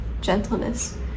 gentleness